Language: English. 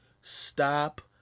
Stop